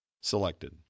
Selected